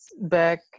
back